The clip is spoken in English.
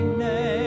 name